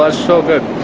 ah so good.